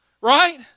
Right